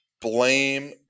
blame –